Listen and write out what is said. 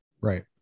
Right